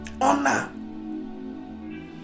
honor